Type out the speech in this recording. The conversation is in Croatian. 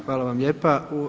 Hvala vam lijepa.